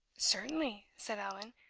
certainly! said allan.